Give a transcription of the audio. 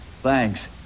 Thanks